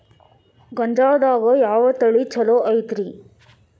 ಗೊಂಜಾಳದಾಗ ಯಾವ ತಳಿ ಛಲೋ ಐತ್ರಿ?